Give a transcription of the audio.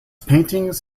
paintings